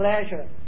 pleasure